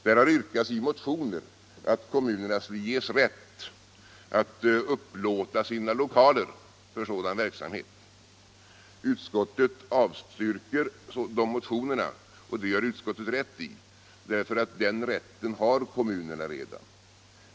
Där har det i motioner yrkats att kommunerna skulle ges rätt att upplåta sina lokaler för sådan verksamhet. Utskottet avstyrker motionerna, och det gör utskottet rätt i därför att kommunerna redan har den rätten.